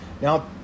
Now